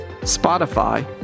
Spotify